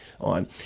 on